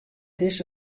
dizze